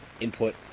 input